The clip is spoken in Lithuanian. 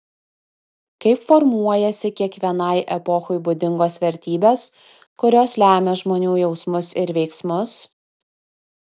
kaip formuojasi kiekvienai epochai būdingos vertybės kurios lemia žmonių jausmus ir veiksmus